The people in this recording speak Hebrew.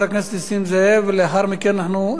ולאחר מכן אנחנו ניגשים להצבעה.